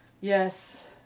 Yes